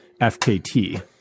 FKT